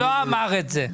הוא לא אמר את זה.